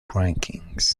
rankings